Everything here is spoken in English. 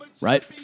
right